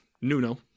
Nuno